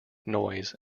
noise